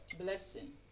blessing